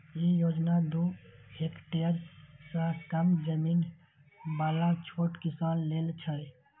ई योजना दू हेक्टेअर सं कम जमीन बला छोट किसान लेल छै